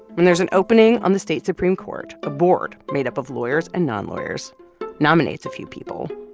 when there's an opening on the state supreme court, a board made up of lawyers and non-lawyers nominates a few people.